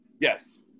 Yes